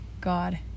God